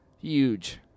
Huge